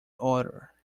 order